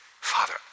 Father